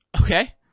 Okay